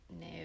no